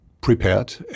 prepared